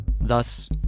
Thus